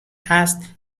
هست